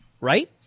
right